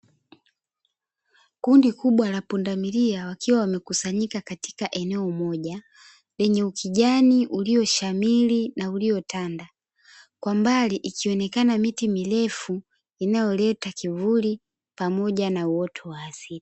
Kundi kubwa la pundamilia, wakiwa wamekusanyika katika eneo moja, lenye ukijani ulioshamiri na uliotanda, kwa mbali ikionekana miti mirefu inayoleta kivuli pamoja na uoto wa asili.